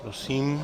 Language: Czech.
Prosím.